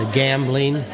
gambling